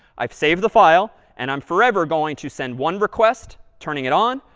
i've saved the file, and i'm forever going to send one request turning it on,